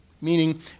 meaning